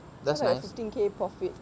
that's a fifteen K profit